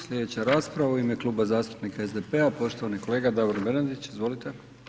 Slijedeća rasprava u ime Kluba zastupnika SDP-a poštovani kolega Davor Bernardić, izvolite.